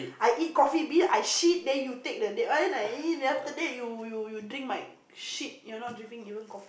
I eat Coffee Bean I shit then you take the that one then after that you you you drink my shit you not drinking even coffee